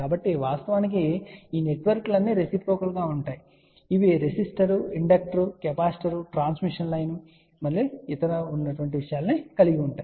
కాబట్టి వాస్తవానికి ఈ నెట్వర్క్లన్నీ రెసిప్రోకల్ గా ఉంటాయి ఇవి resistor inductor capacitor transmission line ఇతర విషయాలను కలిగి ఉంటాయి